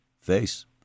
face